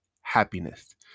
happiness